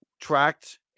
tracked